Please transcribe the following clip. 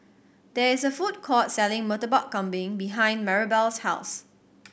there is a food court selling Murtabak Kambing behind Maribel's house